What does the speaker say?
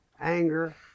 Anger